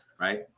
right